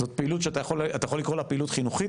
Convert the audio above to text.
זאת פעילות שאתה יכול לקרוא לה פעילות חינוכית,